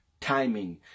timing